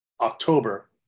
october